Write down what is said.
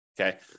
Okay